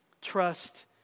trust